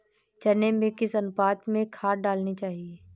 चने में किस अनुपात में खाद डालनी चाहिए?